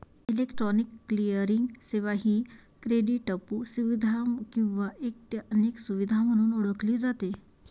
electronic clearing सेवा ही क्रेडिटपू सुविधा किंवा एक ते अनेक सुविधा म्हणून ओळखली जाते